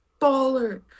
baller